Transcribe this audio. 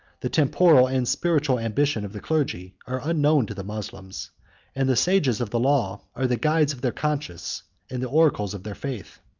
the temporal and spiritual ambition of the clergy, are unknown to the moslems and the sages of the law are the guides of their conscience and the oracles of their faith.